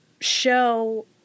show